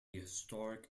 historic